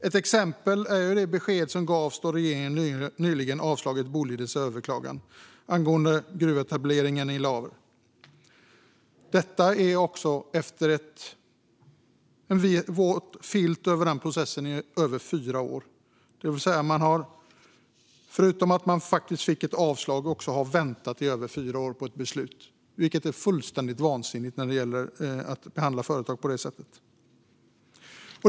Ett exempel är det besked som gavs då regeringen nyligen avslog Bolidens överklagan angående gruvetableringen i Laver - detta efter att ha lagt en våt filt över processen i över fyra år. Förutom att man faktiskt fick ett avslag har man också väntat i över fyra år på ett beslut, vilket är ett fullständigt vansinnigt sätt att behandla ett företag.